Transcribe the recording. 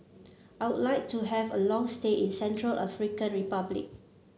I would like to have a long stay in Central African Republic